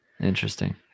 Interesting